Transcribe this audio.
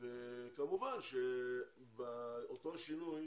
וכמובן שאותו שינוי